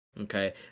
okay